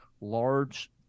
large